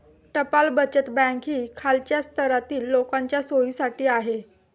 टपाल बचत बँक ही खालच्या स्तरातील लोकांच्या सोयीसाठी आहे